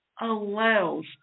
allows